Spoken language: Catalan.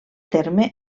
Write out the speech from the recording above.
terme